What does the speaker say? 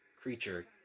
creature